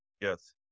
Yes